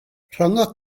rhyngot